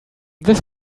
this